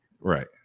Right